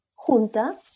Junta